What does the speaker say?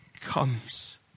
comes